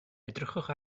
edrychwch